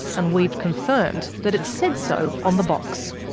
and we've confirmed that it said so on the box.